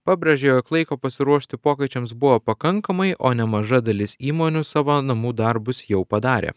pabrėžė jog laiko pasiruošti pokyčiams buvo pakankamai o nemaža dalis įmonių savo namų darbus jau padarė